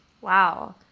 Wow